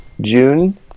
June